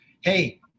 hey